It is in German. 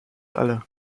alle